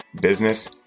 business